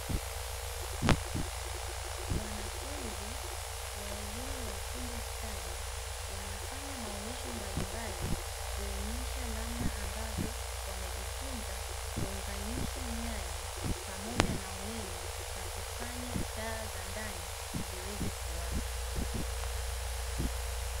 Wanafunzi wa elimu ya ufundi stadi, wanafanya maonesho mbalimbali kuonyesha namna ambavyo wamejifunza kuunganisha nyaya pamoja na umeme, na kufanya taa za ndani ziweze kuwaka.